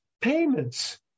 payments